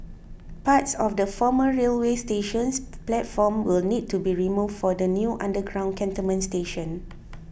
parts of the former railway station's platform will need to be removed for the new underground cantonment station